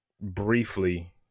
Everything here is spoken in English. briefly